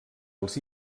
els